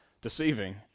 deceiving